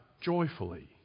joyfully